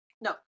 No